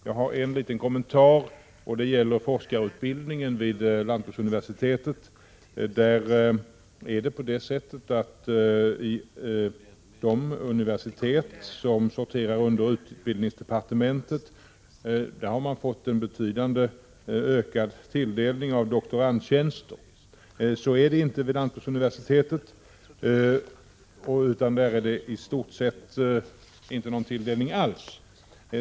Jag haren liten kommentar, och den gäller forskarutbildningen vid lantbruksuniversitetet. De universitet som sorterar under utbildningsdepartementet har fått en betydligt ökad tilldelning av doktorandtjänster. Så är det inte vid lantbruksuniversitetet, som i stort sett inte har fått någon tilldelning alls.